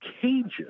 cages